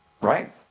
right